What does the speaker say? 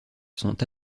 sont